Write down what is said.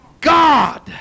God